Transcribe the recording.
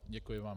Děkuji vám.